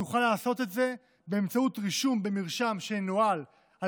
תוכל לעשות את זה באמצעות רישום במרשם שינוהל על